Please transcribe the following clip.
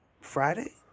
Friday